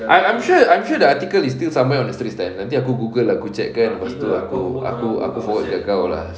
I'm I'm sure I'm sure the article is still somewhere on the straits times nanti aku google aku check kan lepas tu aku aku aku forward dekat kau lah